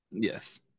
Yes